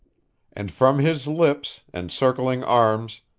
and from his lips, and circling arms,